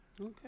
okay